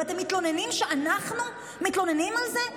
ואתם מתלוננים שאנחנו מתלוננים על זה?